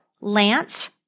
Lance